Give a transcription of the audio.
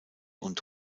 und